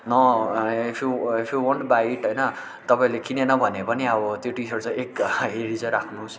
न if you if you want to buy it होइन तपाईँले किनेन भने पनि अब त्यो टी सर्ट चाहिँ एक हेरी चाहिँ राख्नुस्